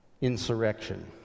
insurrection